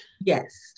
Yes